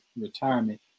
retirement